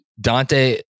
Dante